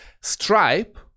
Stripe